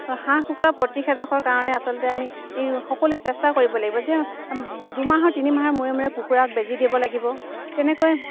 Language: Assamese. হাঁহ কুকুৰা প্ৰতিষেধকৰ কাৰণে আচলতে আমি ই সকলোৱে চেষ্টা কৰিব লাগিব যে দুমাহৰ তিনি মাহৰ মূৰে মূৰে কুকুৰাক বেজী দিব লাগিব তেনেকৈ